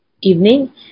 evening